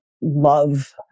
love